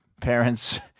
parents